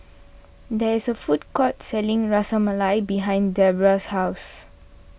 there is a food court selling Ras Malai behind Debbra's house